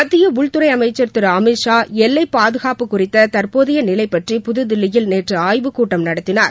மத்திய உள்துறை அமைச்சர் திரு அமித் ஷா எல்லைப்பாதுகாப்பு குறித்த தற்போதைய நிலை பற்றி புதுதில்லியில் நேற்று ஆய்வு கூட்டம் நடத்தினார்